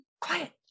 quiet